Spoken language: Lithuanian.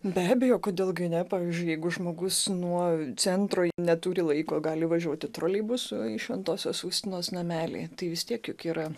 be abejo kodėl gi ne pavyzdžiui jeigu žmogus nuo centro neturi laiko gali važiuoti troleibusu į šventosios faustinos namelį tai vis tiek juk yra